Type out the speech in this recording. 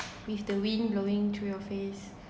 with the wind blowing through your face